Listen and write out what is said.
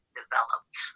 developed